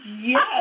Yes